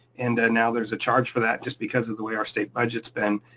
and now there's a charge for that just because of the way our state budgets been.